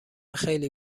خیلی